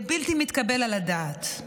זה בלתי מתקבל על הדעת.